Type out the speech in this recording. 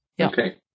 okay